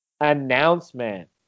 announcement